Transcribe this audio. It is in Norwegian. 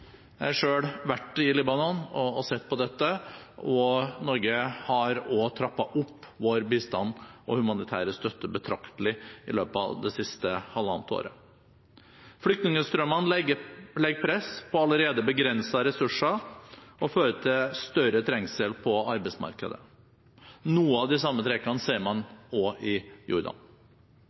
Jeg har selv vært i Libanon og sett dette, og Norge har trappet opp vår bistand og vår humanitære støtte betraktelig i løpet av det siste halvannet året. Flyktningstrømmen legger press på allerede begrensede ressurser og fører til større trengsel på arbeidsmarkedet. Noen av de samme trekkene ser man også i Jordan.